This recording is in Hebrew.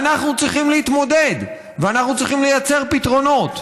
אנחנו צריכים להתמודד ואנחנו צריכים לייצר פתרונות.